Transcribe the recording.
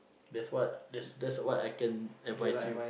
that's what that's that's what I can advice you